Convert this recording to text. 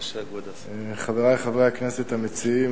חברי חברי הכנסת המציעים,